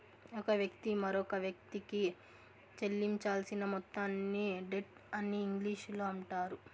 ఒక వ్యక్తి మరొకవ్యక్తికి చెల్లించాల్సిన మొత్తాన్ని డెట్ అని ఇంగ్లీషులో అంటారు